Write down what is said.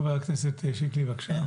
חבר הכנסת שיקלי, בבקשה.